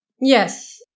Yes